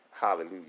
hallelujah